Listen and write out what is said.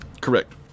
Correct